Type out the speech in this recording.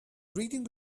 reading